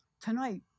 Tonight